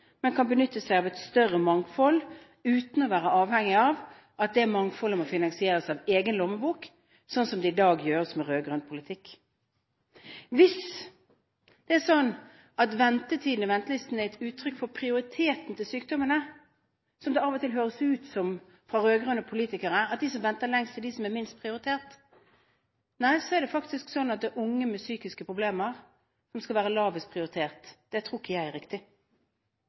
men kan benytte seg av et større mangfold, uten å være avhengig av at det mangfoldet må finansieres av egen lommebok, sånn som det i dag gjøres med rød-grønn politikk. Hvis det er sånn at tiden du står på venteliste er et uttrykk for prioriteten til sykdommene – som det av og til høres ut som fra rød-grønne politikere, at de som venter lengst er dem som er minst prioritert – er det faktisk sånn at det er unge med psykiske problemer som skal være lavest prioritert. Det tror ikke jeg er riktig.